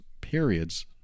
periods